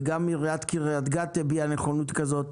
וגם עיריית קרית גת הביעה נכונות כזאת.